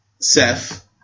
Seth